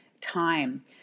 time